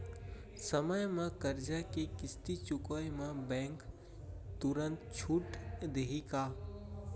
समय म करजा के किस्ती चुकोय म बैंक तुरंत छूट देहि का?